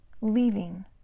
leaving